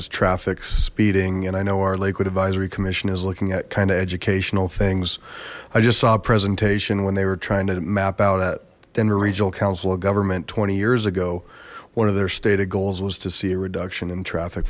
its traffic speeding and i know our lakewood advisory commission is looking at kind of educational things i just saw a presentation when they were trying to map out at denver regional council of government twenty years ago one of their stated goals was to see a reduction in traffic